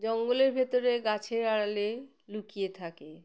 জঙ্গলের ভেতরে গাছের আড়ালে লুকিয়ে থাকে